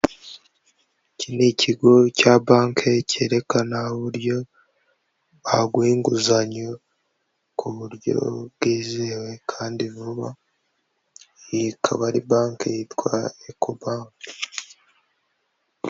Iki ni ikigo cya banki cyerekana uburyo baguha inguzanyo ku buryo bwizewe kandi vuba ikaba ari banki yitwa eko banki.